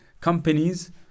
companies